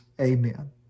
Amen